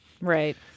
Right